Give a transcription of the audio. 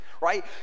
right